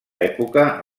època